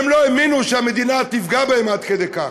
והם לא האמינו שהמדינה תפגע בהם עד כדי כך.